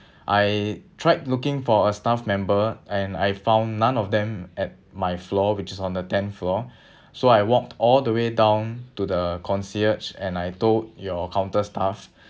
I tried looking for a staff member and I found none of them at my floor which is on the tenth floor so I walked all the way down to the concierge and I told your counter staff